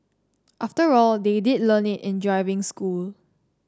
after all they did learn it in driving school